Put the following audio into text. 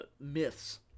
myths